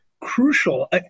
crucial